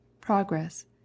progress